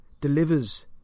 delivers